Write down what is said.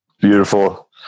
Beautiful